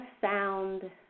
sound